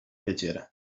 piacere